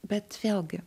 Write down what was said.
bet vėlgi